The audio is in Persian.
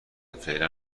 فعلا